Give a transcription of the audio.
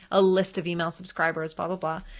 a list of email subscribers, blah, blah,